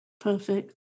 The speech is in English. perfect